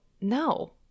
no